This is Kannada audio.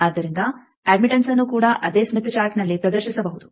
ಆದ್ದರಿಂದ ಅಡ್ಮಿಟ್ಟನ್ಸ್ ಅನ್ನು ಕೂಡ ಅದೇ ಸ್ಮಿತ್ ಚಾರ್ಟ್ನಲ್ಲಿ ಪ್ರದರ್ಶಿಸಬಹುದು